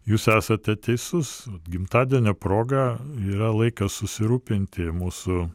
jūs esate teisus gimtadienio proga yra laikas susirūpinti mūsų